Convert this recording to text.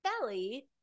Belly